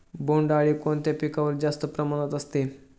बोंडअळी कोणत्या पिकावर जास्त प्रमाणात असते?